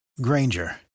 Granger